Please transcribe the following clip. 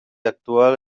actual